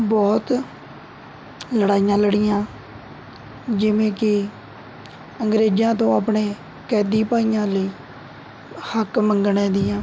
ਬਹੁਤ ਲੜਾਈਆਂ ਲੜੀਆਂ ਜਿਵੇਂ ਕਿ ਅੰਗਰੇਜ਼ਾਂ ਤੋਂ ਆਪਣੇ ਕੈਦੀ ਭਾਈਆਂ ਲਈ ਹੱਕ ਮੰਗਣ ਦੀਆਂ